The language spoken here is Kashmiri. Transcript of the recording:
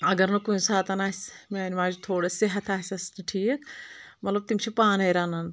اَگر نہٕ کُنہِ ساتہٕ آسہِ میٛانہِ ماجہِ تھوڑا صحت آسٮ۪س نہٕ ٹھیٖک مطلب تِم چھِ پانے رنان